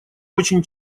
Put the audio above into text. очень